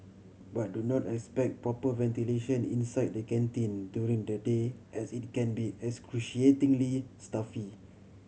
but do not expect proper ventilation inside the canteen during the day as it can be excruciatingly stuffy